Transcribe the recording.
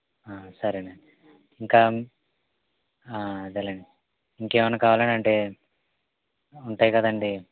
సరేనండి ఇంకా అదేలేండి ఇంకేమన్నా కావాలా అంటే ఉంటాయి కదండీ